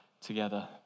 together